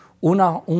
una